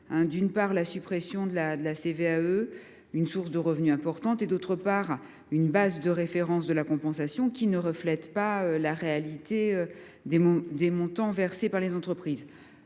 d’une part, la suppression de la CVAE, qui est pour elles une source importante de revenus ; d’autre part, une base de référence de la compensation qui ne reflète pas la réalité des montants versés par les entreprises.